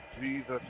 Jesus